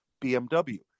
BMW